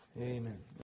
Amen